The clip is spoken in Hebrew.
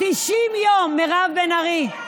90 יום, מירב בן ארי.